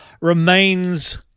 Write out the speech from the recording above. remains